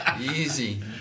Easy